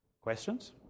Questions